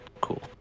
cool